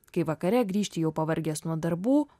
kai vakare grįžti jau pavargęs nuo darbų